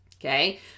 okay